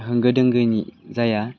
होंगो दोंगोनि जाया